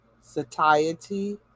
satiety